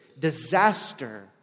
Disaster